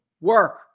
work